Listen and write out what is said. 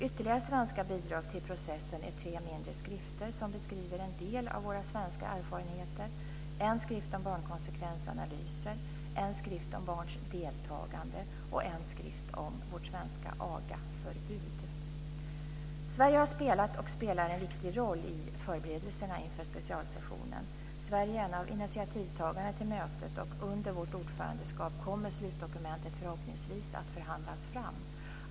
Ytterligare svenska bidrag till processen är tre mindre skrifter som beskriver en del av våra svenska erfarenheter; en skrift om barnkonsekvensanalyser, en skrift om barns deltagande och en skrift om vårt svenska agaförbud. Sverige har spelat och spelar en viktig roll i förberedelserna inför specialsessionen. Sverige är en av initiativtagarna till mötet, och under vårt ordförandeskap kommer slutdokumentet förhoppningsvis att förhandlas fram.